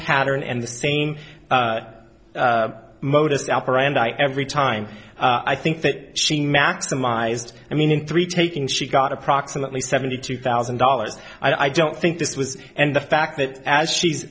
pattern and the same modus operandi every time i think that she maximized i mean in three taking she got approximately seventy two thousand dollars i don't think this was and the fact that as she's